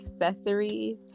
accessories